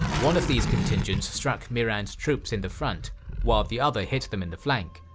one of these contingents struck mihran's troops in the front while the other hit them in the flank,